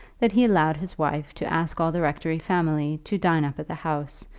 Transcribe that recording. that he allowed his wife to ask all the rectory family to dine up at the house,